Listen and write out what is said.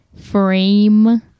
frame